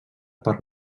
per